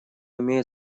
имеет